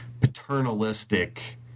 paternalistic